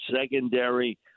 secondary